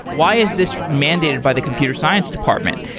why is this mandated by the computer science department?